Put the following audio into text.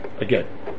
again